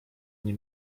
nie